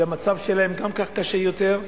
והמצב שלהם גם כך קשה יותר,